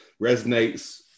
resonates